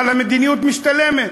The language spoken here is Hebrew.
אבל המדיניות משתלמת.